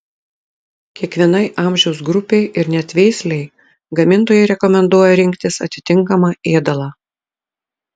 kiekvienai amžiaus grupei ir net veislei gamintojai rekomenduoja rinktis atitinkamą ėdalą